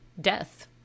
death